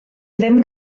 ddim